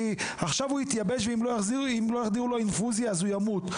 שעכשיו הוא התייבש ואם לא יחדירו לו אינפוזיה אז הוא ימות,